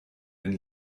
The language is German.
den